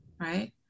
Right